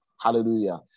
hallelujah